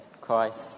Christ